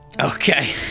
Okay